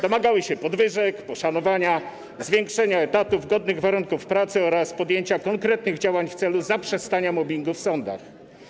Domagały się podwyżek, poszanowania, zwiększenia liczby etatów, godnych warunków pracy oraz podjęcia konkretnych działań w celu zaprzestania mobbingu w sądach.